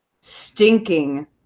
stinking